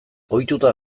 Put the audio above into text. ohituta